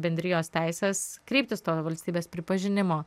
bendrijos teisės kreiptis to valstybės pripažinimo